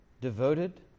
devoted